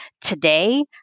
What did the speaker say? Today